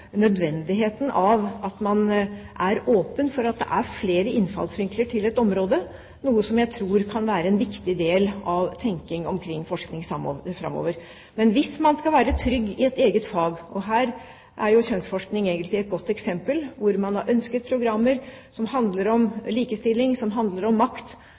nødvendigheten av at man er åpen for at det er flere innfallsvinkler til et område, noe som jeg tror kan være en viktig del av tenkningen omkring forskning framover. Man skal være trygg i eget fag – og her er kjønnsforskning et godt eksempel, hvor man har ønsket programmer som handler om likestilling, som handler om makt,